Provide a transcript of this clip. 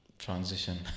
Transition